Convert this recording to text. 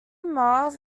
marx